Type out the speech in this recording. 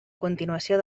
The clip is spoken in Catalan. continuació